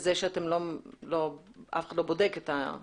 בזה שאף אחד לא בודק את זה?